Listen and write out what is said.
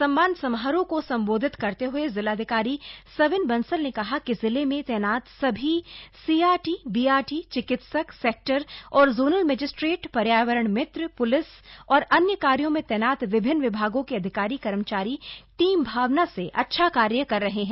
सम्मान समारोह को सम्बोधित करते हुए जिलाधिकारी सविन बंसल ने कहा कि जिले में तैनात सभी सीआरटी बीआरटी चिकित्सक सेक्टर और जोनल मजिस्ट्रेट पर्यावरण मित्र प्लिस औरअन्य कार्यों में तैनात विभिन्न विभागों के अधिकारी कर्मचारी टीम भावना से अच्छा कार्य कर रहे हैं